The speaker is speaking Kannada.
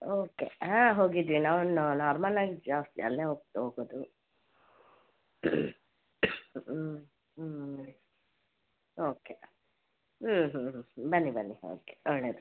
ಓಕೆ ಹಾಂ ಹೋಗಿದ್ವಿ ನಾವು ನಾರ್ಮಲ್ ಆಗಿ ಜಾಸ್ತಿ ಅಲ್ಲೇ ಹೋಗ್ ಹೋಗೋದು ಓಕೆ ಹ್ಞೂ ಹ್ಞೂ ಹ್ಞೂ ಬನ್ನಿ ಬನ್ನಿ ಓಕೆ ಒಳ್ಳೆಯದು